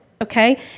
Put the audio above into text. okay